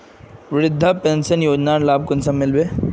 वृद्धा पेंशन योजनार लाभ कुंसम मिलबे?